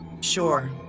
Sure